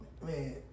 Man